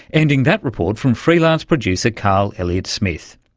ending that report from freelance producer carl elliott smith.